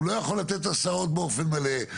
הוא לא יכול לתת הסעות באופן מלא,